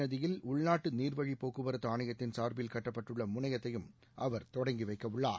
நதியில் உள்நாட்டு நீர்வழி போக்குவரத்து ஆணையத்தின் சார்பில் கட்டப்பட்டுள்ள கங்கை முனையத்தையும் அவர் தொடங்கி வைக்கவுள்ளார்